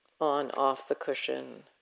on-off-the-cushion